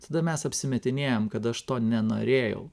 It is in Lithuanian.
tada mes apsimetinėjam kad aš to nenorėjau